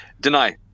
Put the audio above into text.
Deny